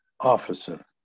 Officer